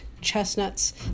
Chestnut's